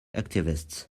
activists